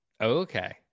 Okay